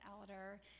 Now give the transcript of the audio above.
elder